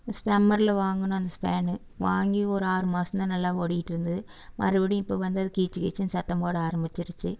ஸ் சம்மரில் வாங்கினோம் அந்த ஃபேனு வாங்கி ஒரு ஆறு மாதம் தான் நல்லா ஓடிக்கிட்டு இருந்தது மறுபடியும் இப்போது வந்து அது கீச்சு கீச்சுனு சத்தம் போட ஆரம்மிச்சிருச்சு